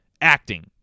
acting